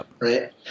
Right